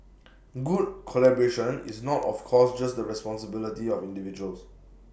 good collaboration is not of course just the responsibility of individuals